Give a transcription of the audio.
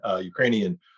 Ukrainian